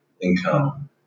income